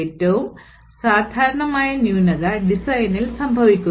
ഏറ്റവും സാധാരണമായ ന്യൂനത ഡിസൈനിൽ സംഭവിക്കുന്നു